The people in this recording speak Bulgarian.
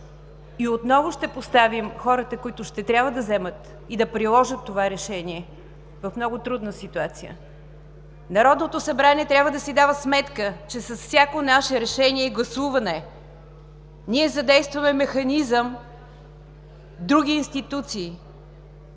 Отново ще поставим хората, които ще трябва да вземат и приложат това решение, в много трудна ситуация. Народното събрание трябва да си дава сметка, че с всяко наше решение и гласуване ние задействаме механизъм – други институции,